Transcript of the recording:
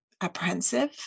apprehensive